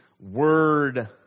word